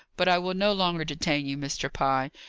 but i will no longer detain you, mr. pye.